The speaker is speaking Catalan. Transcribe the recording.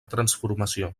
transformació